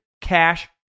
cash